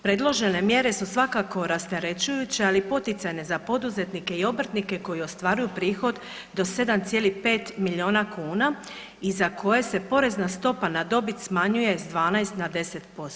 Predložene mjere su svakako rasterećujuće, ali poticajne za poduzetnike i obrtnike koji ostvaruju prihod do 7,5 milijuna kuna i za koje se porezna stopa na dobit smanjuje s 12 na 10%